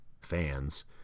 fans